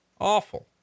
Awful